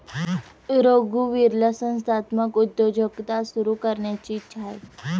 रघुवीरला संस्थात्मक उद्योजकता सुरू करायची इच्छा आहे